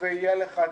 אין לי הערות.